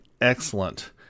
excellent